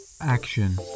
action